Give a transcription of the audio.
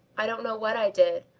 i don't know what i did.